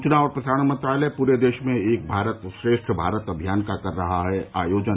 सूचना और प्रसारण मंत्रालय पूरे देश में एक भारत श्रेष्ठ भारत अभियान का कर रहा है आयोजन